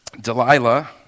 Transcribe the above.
Delilah